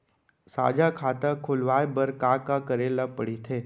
साझा खाता खोलवाये बर का का करे ल पढ़थे?